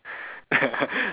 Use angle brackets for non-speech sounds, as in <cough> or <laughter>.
<laughs>